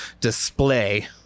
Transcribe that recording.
display